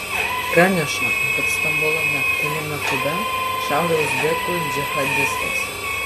praneša kad stambulo naktiniame klube šaudė uzbekų džihadistas